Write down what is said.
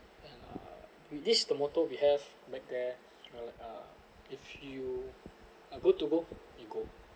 then uh with this motto we have back there we like uh if you are good to go you go